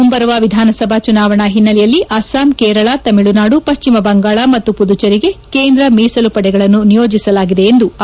ಮುಂಬರುವ ವಿಧಾನಸಭಾ ಚುನಾವಣಾ ಹಿನ್ನೆಲೆಯಲ್ಲಿ ಅಸ್ಪಾಂ ಕೇರಳ ತಮಿಳುನಾಡು ಪಶ್ಚಿಮಬಂಗಾಳ ಮತ್ತು ಪುದುಚೇರಿಗೆ ಕೇಂದ್ರ ಮೀಸಲು ಪಡೆಗಳನ್ನು ನಿಯೋಜಿಸಲಾಗಿದೆ ಎಂದು ಆಯೋಗ ಹೇಳಿಕೆಯಲ್ಲಿ ತಿಳಿಸಿದೆ